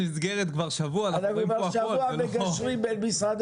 בין משרדי